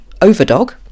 overdog